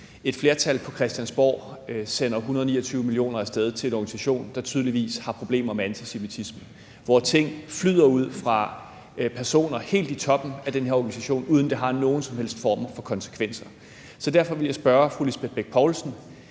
et flertal på Christiansborg sender 129 mio. kr. af sted til en organisation, der tydeligvis har problemer med antisemitisme, og hvor det flyder ud fra personer helt i toppen af den her organisation, uden at det har nogen som helst former for konsekvenser. Så derfor vil jeg spørge fru Lisbeth Bech-Nielsen: